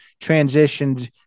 transitioned